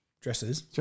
Dresses